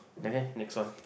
okay next one